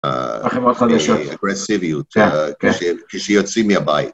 האגרסיביות כשיוצאים מהבית.